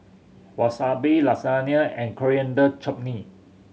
Wasabi Lasagne and Coriander Chutney